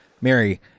mary